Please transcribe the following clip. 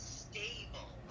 stable